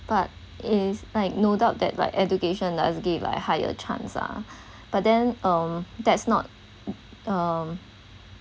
but is like no doubt that like education does gave like higher chance lah but then um that's not um